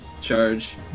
charge